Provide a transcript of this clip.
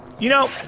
you know.